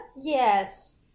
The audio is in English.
yes